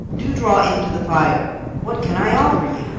do draw in to the fire! what can i offer you?